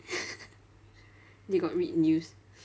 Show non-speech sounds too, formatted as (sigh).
(laughs) they got read news